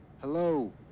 Hello